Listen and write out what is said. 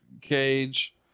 cage